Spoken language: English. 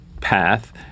path